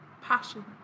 passion